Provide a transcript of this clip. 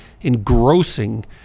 engrossing